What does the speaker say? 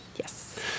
Yes